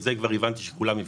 את זה הבנתי שכולם יודעים.